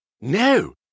No